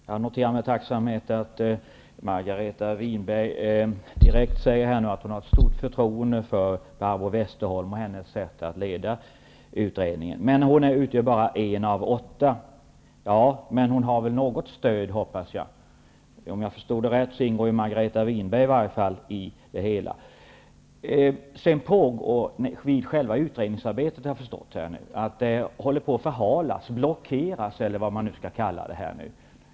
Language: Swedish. Fru talman! Jag noterar med tacksamhet att Margareta Winberg direkt säger att hon har stort förtroende för Barbro Westerholm och hennes sätt att leda utredningen, men att hon bara utgör en av åtta. Ja, men hon har väl något stöd, hoppas jag. Om jag förstod det rätt ingår i varje fall Margareta Winberg i denna grupp. Själva utredningsarbetet har jag förstått håller på att förhalas, blockeras, eller vad man skall kalla det.